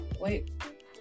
wait